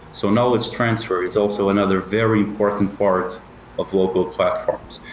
so knowledge transfer is also another very important part of local platforms,